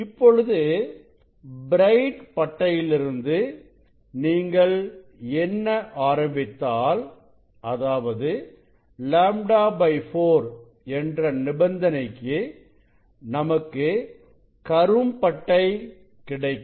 இப்பொழுது பிரைட் பட்டையிலிருந்து நீங்கள் எண்ண ஆரம்பித்தாள் அதாவது λ 4 என்ற நிபந்தனைக்கு நமக்கு கரும் பட்டை கிடைக்கும்